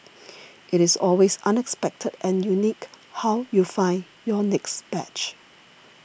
it is always unexpected and unique how you find your next badge